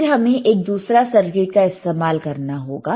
फिर हमें एक दूसरा सर्किट का इस्तेमाल करना होगा